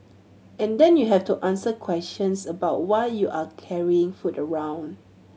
and then you have to answer questions about why you are carrying food around